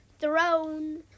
throne